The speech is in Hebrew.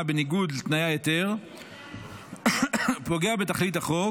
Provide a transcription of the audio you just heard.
בניגוד לתנאי ההיתר פוגע בתכלית החוק